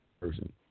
person